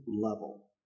level